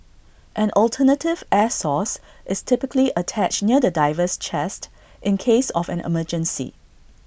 an alternative air source is typically attached near the diver's chest in case of an emergency